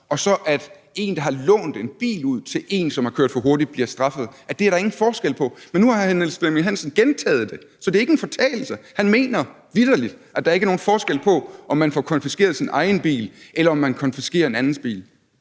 det er den, der har lånt sin bil ud til en, som har kørt for hurtigt, der bliver straffet – altså at der ingen forskel er der. Men nu har hr. Niels Flemming Hansen gentaget det. Så det er ikke en fortalelse. Han mener vitterlig, at der ikke er nogen forskel på, om man får konfiskeret sin egen bil, eller om man får konfiskeret en andens bil.